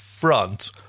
front